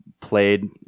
played